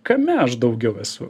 kame aš daugiau esu